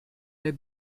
der